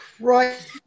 right